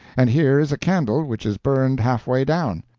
and here is a candle which is burned half-way down.